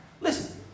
Listen